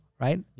right